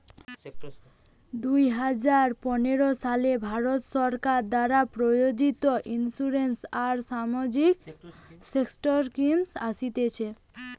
দুই হাজার পনের সালে ভারত সরকার দ্বারা প্রযোজিত ইন্সুরেন্স আর সামাজিক সেক্টর স্কিম আসতিছে